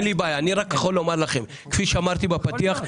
אני רק יכול לומר לכם, כפי שאמרתי בפתיח,